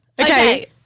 Okay